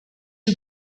you